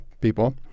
people